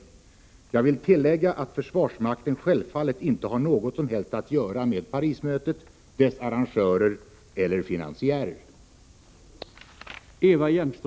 munismen'i Latin Jag vill tillägga att försvarsmakten självfallet inte har något som helst att amerika göra med Parismötet, dess arrangörer eller finansiärer.